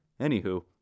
Anywho